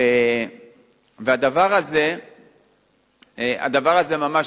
והדבר הזה ממש,